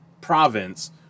province